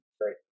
Great